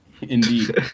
Indeed